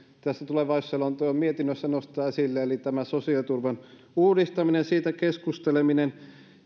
tässä tulevaisuusselonteon mietinnössä nostetaan esille eli tämä sosiaaliturvan uudistaminen siitä keskusteleminen